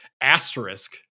Asterisk